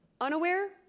unaware